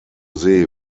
see